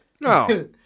No